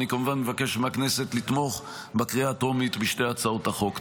אני כמובן מבקש מהכנסת לתמוך בקריאה הטרומית בשתי הצעות החוק.